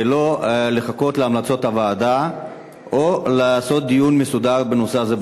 ולא חיכיתם להמלצות הוועדה או לדיון מסודר בנושא הזה בכנסת.